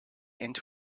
into